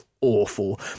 awful